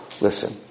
listen